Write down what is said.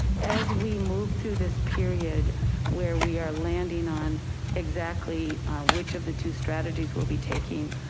as we move through this period where we are landing on. exactly which of the two strategies we'll be taking,